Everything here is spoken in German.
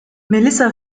melissa